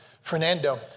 Fernando